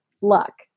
luck